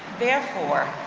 therefore,